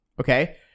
okay